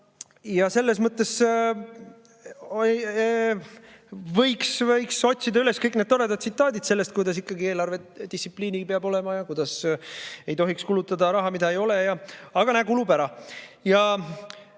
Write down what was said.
Selles mõttes võiks otsida üles kõik need toredad tsitaadid sellest, et ikkagi eelarvedistsipliin peab olema ja ei tohiks kulutada raha, mida ei ole. Aga näe, kulub ära.